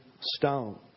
stone